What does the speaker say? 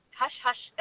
hush-hush